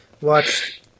Watch